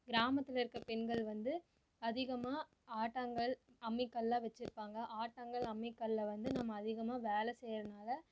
கிராமத்தில் இருக்க பெண்கள் வந்து அதிகமாக ஆட்டாங்கல் அம்மிக்கல்லாம் வச்சிருப்பாங்க ஆட்டாங்கல் அம்மிக்கல்ல வந்து நம்ம அதிகமாக வேலை செய்றதனால